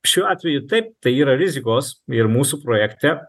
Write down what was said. šiuo atveju taip tai yra rizikos ir mūsų projekte